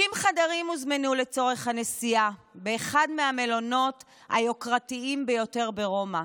60 חדרים הוזמנו לצורך הנסיעה באחד המלונות היוקרתיים ביותר ברומא.